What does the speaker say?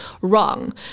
wrong